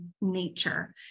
nature